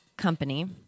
company